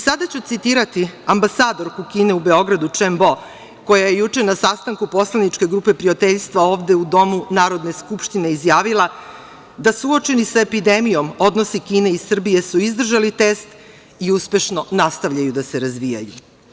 Sada ću citirati ambasadorku Kine u Beogradu, Čem Bo, koja je juče na sastanku poslaničke grupe prijateljstva ovde u domu Narodne skupštine izjavila – suočeni sa epidemijom, odnosi Kine i Srbije su izdržali test i uspešno nastavljaju da se razvijaju.